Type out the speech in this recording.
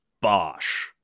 Bosch